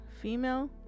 female